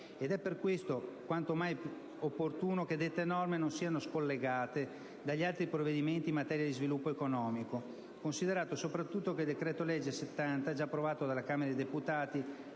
È per questo quanto mai opportuno che dette norme non siano scollegate dagli altri provvedimenti in materia di sviluppo economico; considerato soprattutto che il decreto-legge n. 70, già approvato dalla Camera dei deputati,